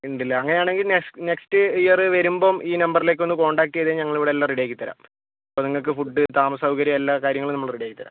ഉണ്ട് അല്ലെ അങ്ങനെ ആണെങ്കിൽ നെക്സ്റ്റ് ഇയർ വെരുമ്പം ഈ നമ്പറിലേക്ക് ഒന്ന് കോൺടാക്ട് ചെയ്താൽ ഞങ്ങൾ ഇവിടെ എല്ലാം റെഡി ആക്കിത്തരാം അത് നിങ്ങൾക്ക് ഫുഡ്ഡ് താമസസൗകര്യം എല്ലാ കാര്യങ്ങളും നമ്മൾ റെഡി ആക്കിത്തരാം